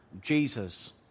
Jesus